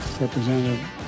representative